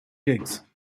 gigs